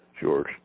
George